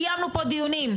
קיימנו פה דיונים.